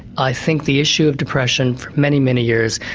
i think the issue of depression for many, many years,